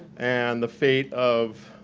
and the fate of